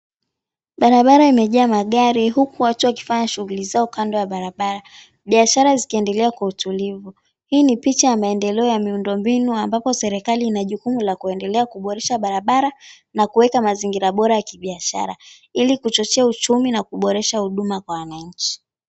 Barabara imejaa magari, huku watu wakifanya shughuli zao kando ya barabara biashara zikiendelea kwa utulivu. Hii ni picha ya maendeleo ya miundombinu ambapo serikali ina jukumu la kuendelea kuboresha barabara na kuweka mazingira bora ya kibiashara, ili kuchochea uchumi na kuboresha huduma kwa wananchi.